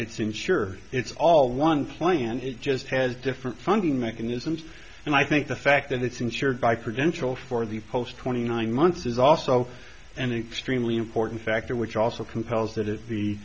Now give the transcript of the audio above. it's insured it's all one plan it just has different funding mechanisms and i think the fact that it's insured by credential for the post twenty nine months is also an extremely important factor which also compels that